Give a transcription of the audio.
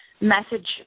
message